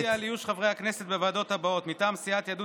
אבקש להודיע על איוש חברי הכנסת בוועדות הבאות: מטעם סיעת יהדות